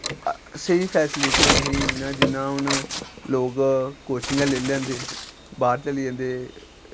स्हेई फैसलिटी नेईं ही इ'यां जि'यां हून लोग कोचिंगां लेई लैंदे बाह्र चली जंदे